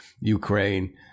Ukraine